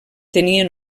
tenien